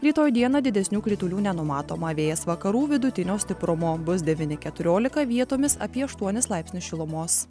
rytoj dieną didesnių kritulių nenumatoma vėjas vakarų vidutinio stiprumo bus devyni keturiolika vietomis apie aštuonis laipsnius šilumos